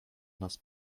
nas